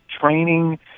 training